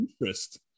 interest